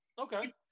Okay